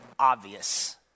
obvious